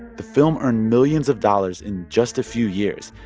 the film earned millions of dollars in just a few years,